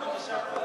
את